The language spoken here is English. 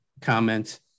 comment